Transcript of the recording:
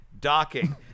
docking